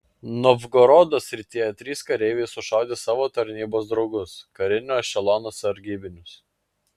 novgorodo srityje trys kareiviai sušaudė savo tarnybos draugus karinio ešelono sargybinius